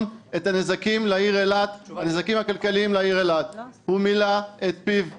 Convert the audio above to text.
את הנזקים הכלכליים לעיר אילת הוא מילא את פיו מים,